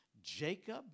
jacob